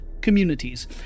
communities